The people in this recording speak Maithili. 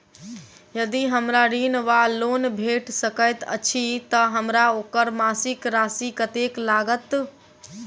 यदि हमरा ऋण वा लोन भेट सकैत अछि तऽ हमरा ओकर मासिक राशि कत्तेक लागत?